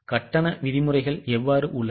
கட்டண விதிமுறைகள் எவ்வாறு உள்ளன